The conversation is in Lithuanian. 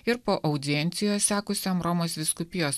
ir po audiencijos sekusiam romos vyskupijos